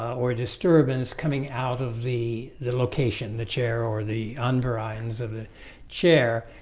or disturbance coming out of the the location the chair or the under ions of the chair